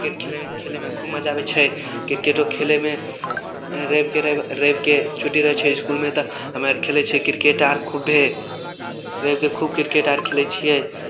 cricket खेलैमे खेलैमे खूब मजा आबै छै किरकेटो खेलैमे रविके रवि रविके छुट्टी रहै छै इसकुलमे तऽ हमे आर खेलै छिए किरकेट आर खुब्बे रविके खूब किरकेट आर खेलै छिए